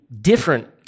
different